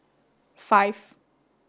five